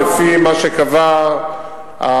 לפי מה שקבע הבורר,